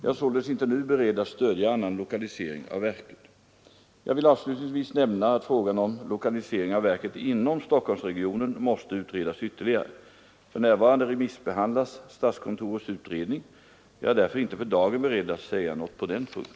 Jag är således inte beredd att stödja annan lokalisering av verket. Jag vill avslutningsvis nämna att frågan om lokalisering av verket inom Stockholmsregionen måste utredas ytterligare. För närvarande remissbehandlas statskontorets utredning. Jag är därför inte för dagen beredd att säga något på den punkten.